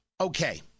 Okay